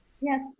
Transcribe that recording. Yes